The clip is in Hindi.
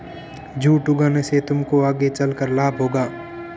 जूट उगाने से तुमको आगे चलकर लाभ होगा